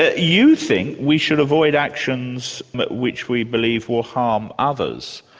ah you think we should avoid actions which we believe will harm others.